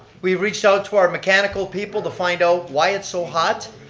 we reached out to our mechanical people to find out why it's so hot.